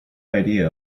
idea